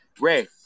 ray